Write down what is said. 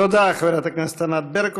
תודה, חברת הכנסת ענת ברקו.